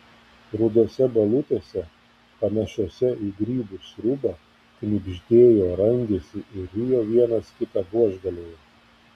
rudose balutėse panašiose į grybų sriubą knibždėjo rangėsi ir rijo vienas kitą buožgalviai